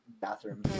bathroom